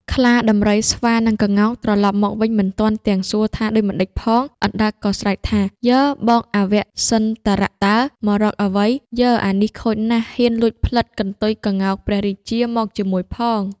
ខ្លា ដំរី ស្វា និងក្ងោក ត្រឡប់មកវិញមិនទាន់ទាំងសួរថាដូចម្ដេចផង អណ្ដើកក៏ស្រែកថា៖ "យើ! បងអវៈសិន្ទរតើ! មករកអ្វី? យើ! អានេះខូចណាស់ ហ៊ានលួចផ្លិតកន្ទុយក្ងោកព្រះរាជាមកជាមួយផង"។